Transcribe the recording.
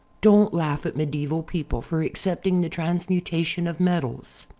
don't laugh at medieval people for accepting the trans mutation of metals.